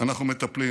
אנחנו מטפלים.